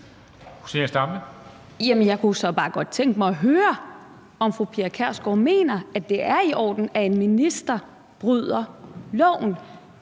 så bare godt tænke mig at høre, om fru Pia Kjærsgaard mener, at det er i orden, at en minister bryder loven,